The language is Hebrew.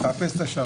תאפס את השעון.